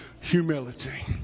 humility